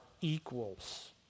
equals